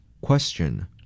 Question